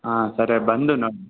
ಹಾಂ ಸರಿ ಬಂದು